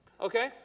Okay